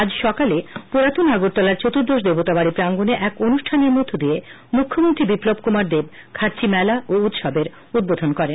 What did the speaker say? আজ সকালে পুরান আগরতলার চতুর্দশ দেবতা বাড়ি প্রাঙ্গনে এক অনুষ্ঠানের মধ্য দিয়ে মুখ্যমন্ত্রী বিপ্লব কুমার দেব খার্চি মেলা ও উৎসবের উদ্বোধন করেন